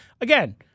again